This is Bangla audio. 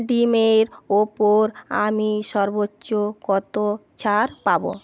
ডিমের ওপর আমি সর্বোচ্চ কতো ছাড় পাবো